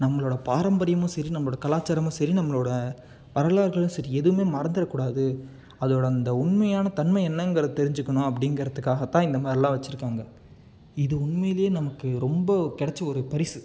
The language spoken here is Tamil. நம்மளோடய பாரம்பரியமும் சரி நம்மளோடய கலாச்சாரமும் சரி நம்மளோடய வரலாறுகளும் சரி எதுவுமே மறந்துடக் கூடாது அதோடய அந்த உண்மையான தன்மை என்னங்கிறதை தெரிஞ்சுக்கணும் அப்படிங்கிறதுக்காகத் தான் இந்த மாதிரிலாம் வெச்சுருக்காங்க இது உண்மையிலேயே நமக்கு ரொம்ப கெடைச்ச ஒரு பரிசு